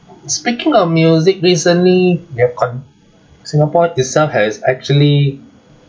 speaking of music recently we have con~ singapore itself has actually